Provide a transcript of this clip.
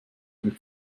mit